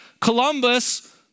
Columbus